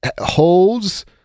holds